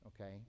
Okay